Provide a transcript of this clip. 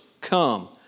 come